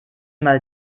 mal